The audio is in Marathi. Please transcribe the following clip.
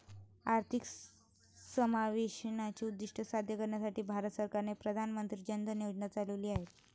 आर्थिक समावेशाचे उद्दीष्ट साध्य करण्यासाठी भारत सरकारने प्रधान मंत्री जन धन योजना चालविली आहेत